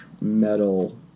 metal